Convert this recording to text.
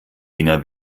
dinger